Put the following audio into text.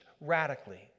radically